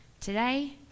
today